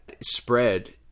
spread